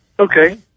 Okay